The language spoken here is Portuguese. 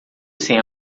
sem